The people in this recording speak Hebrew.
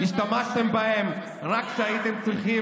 השתמשתם בהם רק כשהייתם צריכים,